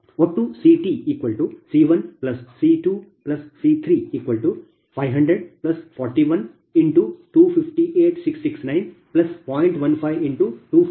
ಒಟ್ಟು CTC1C2C3 50041×2586690